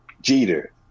Jeter